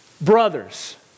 brothers